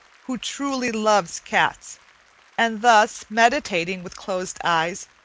who truly loves cats and thus meditating with closed eyes,